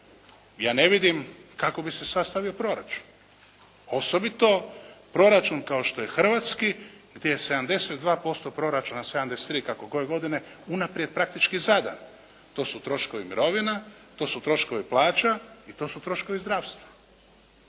ja ne vidim kako bi se sastavio proračun, osobito proračun kao što je hrvatski gdje 72% proračuna, 73 kako koje godine unaprijed praktički zadan. To su troškovi mirovina, to su troškovi plaća i to su troškovi zdravstva.